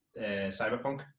Cyberpunk